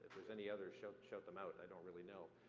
there's any other, shout shout them out. i don't really know.